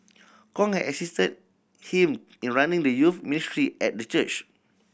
Kong had assisted him in running the youth ministry at the church